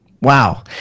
Wow